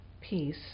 peace